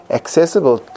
accessible